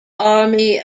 army